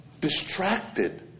distracted